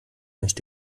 nicht